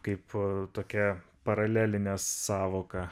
kaipo tokia paralelinė sąvoka